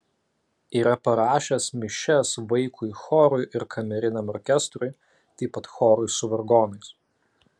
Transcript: yra parašęs mišias vaikui chorui ir kameriniam orkestrui taip pat chorui su vargonais